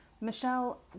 Michelle